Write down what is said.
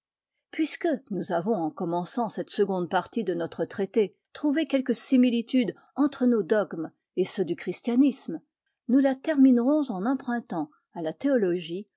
puisque nous avons en commençant cette seconde partie de notre traité trouvé quelque similitude entre nos dogmes et ceux du christianisme nous la terminerons en empruntant à la théologie